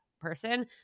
person